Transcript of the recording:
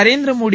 Narendra Modi